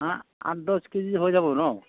আঠ দহ কেজিয়ে হৈ যাব ন